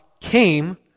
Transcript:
came